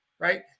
right